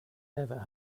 never